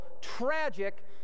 tragic